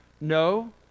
No